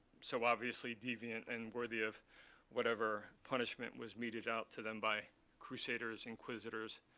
so obviously deviant and worthy of whatever punishment was meted out to them by crusaders, inquisitors,